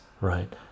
right